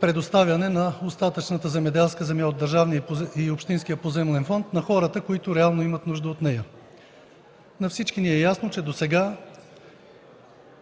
предоставяне на остатъчната земеделска земя от Държавния и общинския поземлен фонд на хората, които реално имат нужда от нея. На всички ни е ясно, че досега